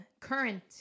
current